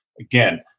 Again